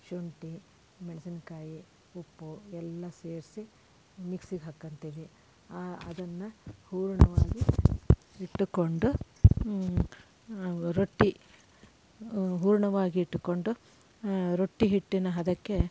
ಶುಂಠಿ ಮೆಣಸಿನ್ಕಾಯಿ ಉಪ್ಪು ಎಲ್ಲ ಸೇರಿಸಿ ಮಿಕ್ಸಿಗೆ ಹಾಕೋಂತಿವಿ ಅದನ್ನು ಹೂರಣವಾಗಿ ಇಟ್ಟುಕೊಂಡು ರೊಟ್ಟಿ ಹೂರಣವಾಗಿಟ್ಟುಕೊಂಡು ರೊಟ್ಟಿ ಹಿಟ್ಟಿನ ಹದಕ್ಕೆ